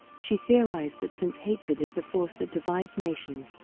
she theorized that since hatred is the force that divides nations,